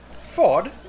Ford